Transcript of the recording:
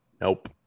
Nope